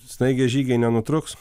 staigiai žygiai nenutrūks